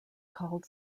called